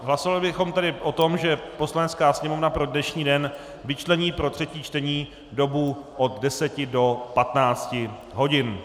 Hlasovali bychom tedy o tom, že Poslanecká sněmovna pro dnešní den vyčlení pro třetí čtení dobu od 10 do 15 hodin.